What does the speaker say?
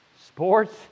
Sports